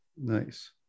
Nice